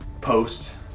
post